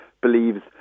believes